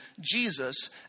Jesus